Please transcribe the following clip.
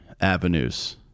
avenues